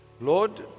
Lord